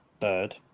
third